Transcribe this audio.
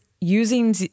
using